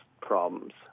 problems